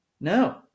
No